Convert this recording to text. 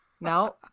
no